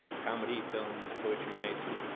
comedy, films, poetry nights,